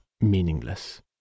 meaningless